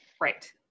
Right